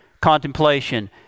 contemplation